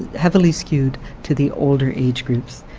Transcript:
heavily skewed to the older age groups.